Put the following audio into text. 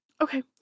Okay